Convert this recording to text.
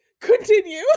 continue